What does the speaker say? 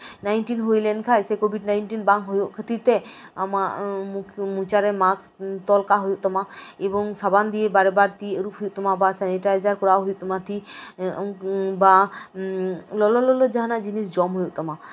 ᱱᱥᱟᱭᱤᱱᱴᱤᱱ ᱦᱩᱭ ᱞᱮᱱᱠᱷᱟᱱ ᱥᱮ ᱠᱳᱵᱷᱤᱰ ᱱᱟᱭᱤᱱᱴᱤᱱ ᱵᱟᱝ ᱦᱳᱭᱳᱜ ᱠᱷᱟᱹᱛᱤᱨ ᱛᱮ ᱟᱢᱟᱜ ᱢᱚᱪᱟᱨᱮ ᱢᱟᱥᱠ ᱛᱚᱞ ᱠᱟᱜ ᱦᱩᱭᱩᱜ ᱛᱟᱢᱟ ᱮᱵᱚᱝ ᱥᱟᱵᱟᱱ ᱫᱤᱭᱮ ᱵᱟᱨ ᱵᱟᱨ ᱛᱤ ᱟᱨᱩᱵ ᱦᱩᱭᱩᱜ ᱛᱟᱢᱟ ᱟᱵᱟᱨ ᱥᱮᱱᱤᱴᱟᱭᱡᱟᱨ ᱠᱚᱨᱟᱣ ᱦᱩᱭᱩᱜ ᱛᱟᱢᱟ ᱛᱤ ᱵᱟ ᱞᱚᱞᱚ ᱞᱚᱞᱚ ᱡᱟᱦᱟᱸᱱᱟᱜ ᱡᱤᱱᱤᱥ ᱡᱚᱢ ᱦᱩᱭᱩᱜ ᱛᱟᱢᱟ